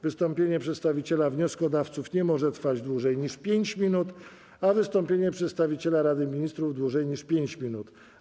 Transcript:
Wystąpienie przedstawiciela wnioskodawców nie może trwać dłużej niż 5 minut, a wystąpienie przedstawiciela Rady Ministrów - dłużej niż 5 minut.